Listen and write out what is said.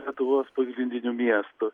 lietuvos pagrindinių miestų